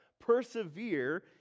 persevere